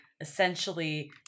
essentially